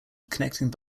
connecting